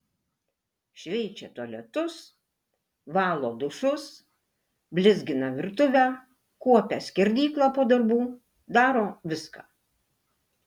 šveičia tualetus valo dušus blizgina virtuvę kuopia skerdyklą po darbų daro viską